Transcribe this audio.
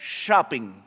shopping